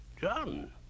John